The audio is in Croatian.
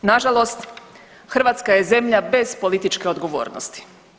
Nažalost Hrvatska je zemlja bez političke odgovornosti.